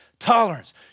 Tolerance